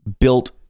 built